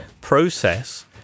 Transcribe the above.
process